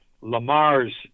Lamar's